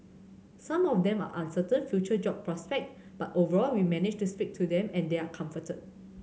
some of them are uncertain future job prospect but overall we managed to speak to them and they are comforted